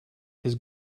his